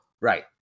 Right